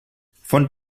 von